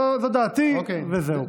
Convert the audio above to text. זאת דעתי, וזהו.